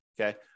okay